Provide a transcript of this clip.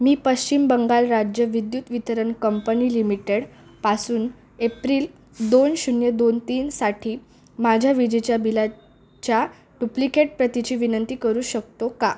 मी पश्चिम बंगाल राज्य विद्युत वितरण कंपनी लिमिटेड पासून एप्रिल दोन शून्य दोन तीनसाठी माझ्या विजेच्या बिला च्या डुप्लिकेट प्रतीची विनंती करू शकतो का